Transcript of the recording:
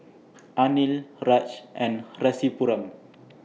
Anil Raj and Rasipuram